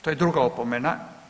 To je druga opomena.